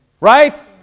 right